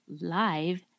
live